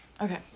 Okay